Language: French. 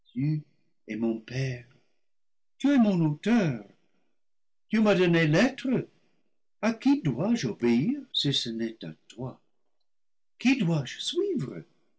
es mon père tu es mon auteur tu m'as donné l'être à qui dois-je obéir si ce n'est à toi qui dois-je suivre